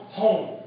home